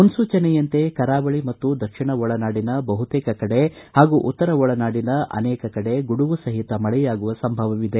ಮುನ್ನೂಚನೆಯಂತೆ ಕರಾವಳಿ ಮತ್ತು ದಕ್ಷಿಣ ಒಳನಾಡಿನ ಬಹುತೇಕ ಕಡೆ ಹಾಗೂ ಉತ್ತರ ಒಳನಾಡಿನ ಅನೇಕ ಕಡೆ ಗುಡುಗು ಸಹಿತ ಮಳೆಯಾಗುವ ಸಂಭವವಿದೆ